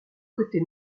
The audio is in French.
côté